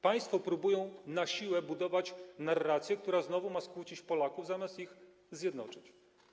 Państwo próbują na siłę budować narrację, która znowu ma skłócić Polaków, zamiast ich zjednoczyć.